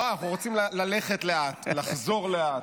לא, אנחנו רוצים ללכת לאט, לחזור לאט.